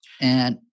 And-